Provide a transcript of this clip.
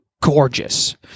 gorgeous